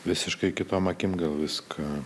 visiškai kitom akim viską